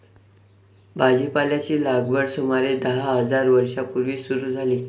भाजीपाल्याची लागवड सुमारे दहा हजार वर्षां पूर्वी सुरू झाली